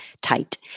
tight